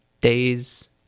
days